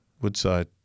Woodside